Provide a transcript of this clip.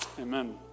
Amen